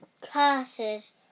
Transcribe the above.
Curses